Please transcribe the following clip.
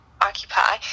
occupy